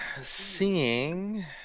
seeing